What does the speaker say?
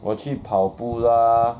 我去跑步 lah